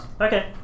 Okay